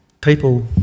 people